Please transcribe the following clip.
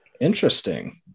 Interesting